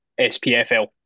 SPFL